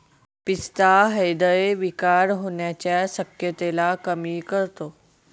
पिस्ता हृदय विकार होण्याच्या शक्यतेला कमी करतो